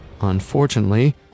Unfortunately